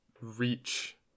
reach